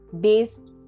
based